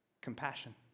compassion